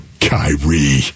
Kyrie